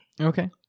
okay